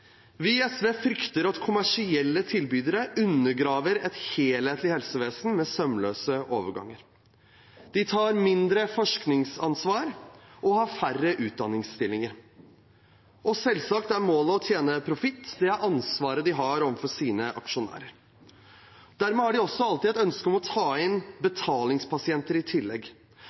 Vi i SV frykter at kommersielle tilbydere undergraver et helhetlig helsevesen med sømløse overganger. De tar mindre forskningsansvar og har færre utdanningsstillinger. Selvsagt er målet å tjene, profitt. Det er ansvaret de har overfor sine aksjonærer. Dermed har de også alltid et ønske om å ta inn betalingspasienter i tillegg,